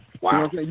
Wow